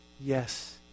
Yes